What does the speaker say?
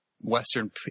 Western